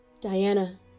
Diana